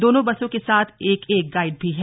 दोनों बसों के साथ एक एक गाइड भी है